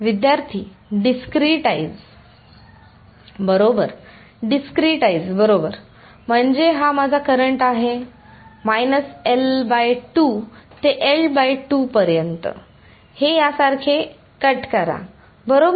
विद्यार्थीः डिस्क्रीटाईझ बरोबर डिस्क्रीटाईझ बरोबर म्हणजे हा माझा करंट आहे L 2 ते L 2 पर्यंत हे यासारखे कट करा बरोबर